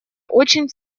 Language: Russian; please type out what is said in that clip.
очень